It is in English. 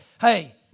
hey